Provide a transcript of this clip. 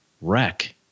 wreck